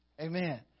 Amen